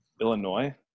Illinois